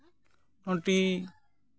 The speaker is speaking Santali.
ᱱᱚᱴᱤ